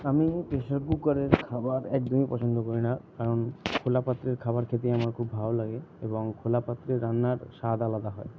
আমি প্রেসার কুকারের খাবার একদমই পছন্দ করি না কারণ খোলা পাত্রের খাবার খেতেই আমার খুব ভালো লাগে এবং খোলা পাত্রের রান্নার স্বাদ আলাদা হয়